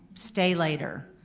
stay later,